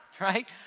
right